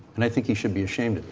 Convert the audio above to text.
and i think you should be ashamed.